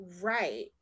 Right